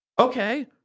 okay